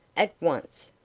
at once!